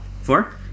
Four